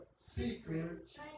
Secret